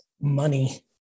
money